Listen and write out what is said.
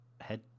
head